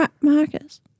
Marcus